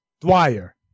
Dwyer